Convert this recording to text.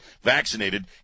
vaccinated